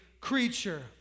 creature